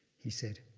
he said,